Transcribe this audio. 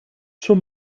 schon